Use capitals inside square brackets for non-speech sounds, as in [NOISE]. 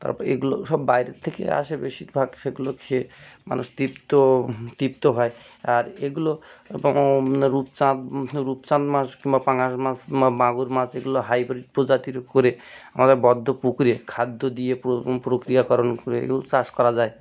তারপর এগুলো সব বাইরের থেকে আসে বেশিরভাগ সেগুলো খেয়ে মানুষ তৃপ্ত তৃপ্ত হয় আর এগুলো [UNINTELLIGIBLE] রূপচাঁদ রূপচাঁদ মাছ বা পাঙাশ মাছ বা মাগুর মাছ এগুলো হাইব্রিড প্রজাতির করে আমাদের বদ্ধ পুকুরে খাদ্য দিয়ে পুরো প্রক্রিয়াকরণ করে এগুলোর চাষ করা যায়